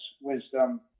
wisdom